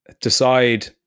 decide